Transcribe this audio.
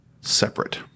separate